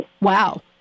Wow